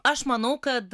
aš manau kad